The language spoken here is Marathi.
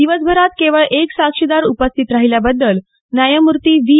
दिवसभरात केवळ एक साक्षीदार उपस्थित राहिल्याबद्दल न्यायमूर्तीं व्ही